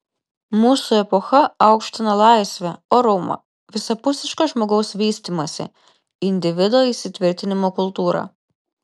mūsų epocha aukština laisvę orumą visapusišką žmogaus vystymąsi individo įsitvirtinimo kultūrą